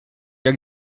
jak